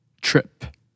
trip